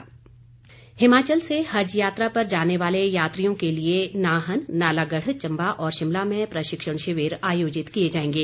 हज यात्री हिमाचल से हज यात्रा पर जाने वाले यात्रियों के लिए नाहन नालागढ़ चंबा और शिमला में प्रशिक्षण शिविर आयोजित किए जाएंगे